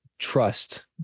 trust